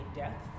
death